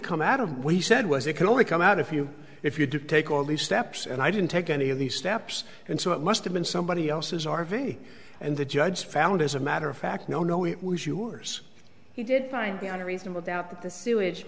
come out of what he said was it can only come out if you if you take all the steps and i didn't take any of these steps and so it must have been somebody else's r v and the judge found as a matter of fact no no it was yours you did find beyond a reasonable doubt that the sewage